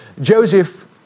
Joseph